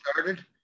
started